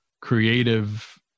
creative